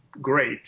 great